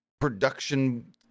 production